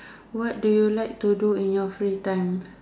what do you like to do in your free time